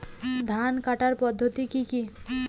ধান কাটার পদ্ধতি কি কি?